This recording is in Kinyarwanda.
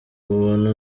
ubuntu